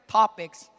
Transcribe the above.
topics